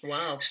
Wow